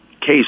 case